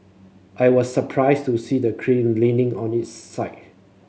I was surprised to see the crane leaning on its side